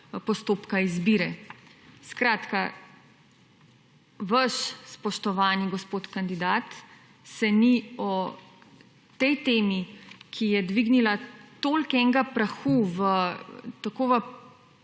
postopka izbire. Skratka, vaš spoštovani gospod kandidat se ni o tej temi, ki je dvignila toliko enega prahu tako